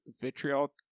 vitriol